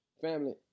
Family